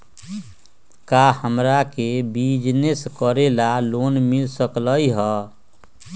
का हमरा के बिजनेस करेला लोन मिल सकलई ह?